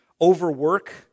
overwork